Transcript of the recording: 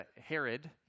Herod